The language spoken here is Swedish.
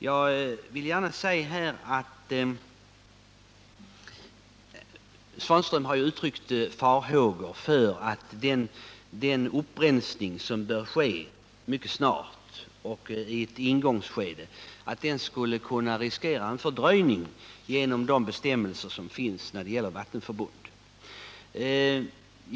Ivan Svanström har uttryckt farhågor för att upprensningen, som bör ske mycket snart, i ett ingångsskede skulle kunna medföra risk för en fördröjning genom de bestämmelser som finns för vattenförbund.